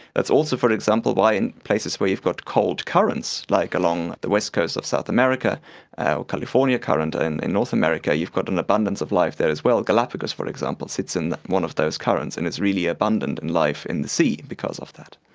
that's also, for example, why in places where you've got cold currents, like along the west coast of south america or california current and in north america you've got an abundance of life there as well, galapagos for example sits in one of those currents and it's really abundant in life in the sea because of that.